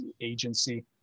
agency